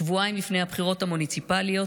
שבועיים לפני הבחירות המוניציפליות,